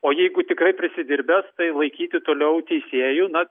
o jeigu tikrai prisidirbęs tai laikyti toliau teisėju na